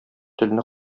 телне